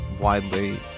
widely